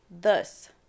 Thus